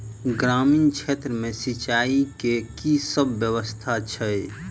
ग्रामीण क्षेत्र मे सिंचाई केँ की सब व्यवस्था छै?